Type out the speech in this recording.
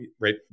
right